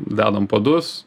dedame padus